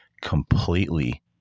completely